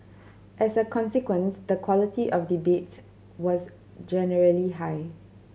as a consequence the quality of debates was generally high